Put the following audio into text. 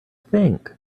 think